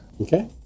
Okay